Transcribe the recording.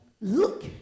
look